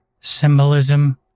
symbolism